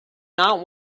not